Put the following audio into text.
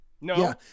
No